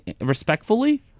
respectfully